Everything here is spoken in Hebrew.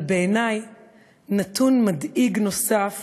אבל בעיני נתון מדאיג נוסף